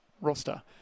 roster